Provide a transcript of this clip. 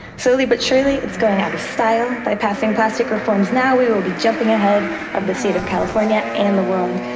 slowly but surely it's going out of style. by passing plastic reforms now, we will be jumping ahead of the state of california and the world.